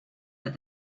that